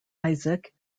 isaac